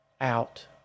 out